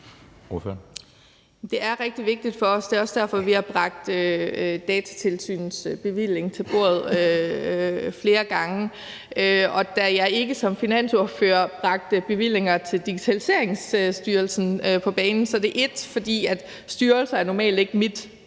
Det er rigtig vigtigt for os. Det er også derfor, vi har bragt Datatilsynets bevilling til bordet flere gange. Når jeg ikke som finansordfører har bragt bevillingerne til Digitaliseringsstyrelsen på bane, så er det både, fordi styrelser normalt ikke er